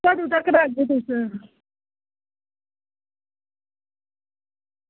कदूं तगर आह्गे तुस